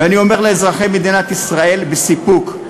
ואני אומר לאזרחי מדינת ישראל בסיפוק: